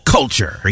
Culture